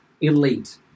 elite